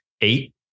eight